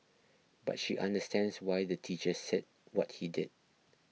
but she understands why the teacher said what he did